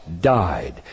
died